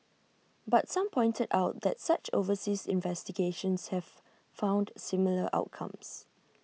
but some pointed out that such overseas investigations have found similar outcomes